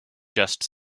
just